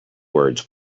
words